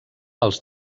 els